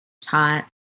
taught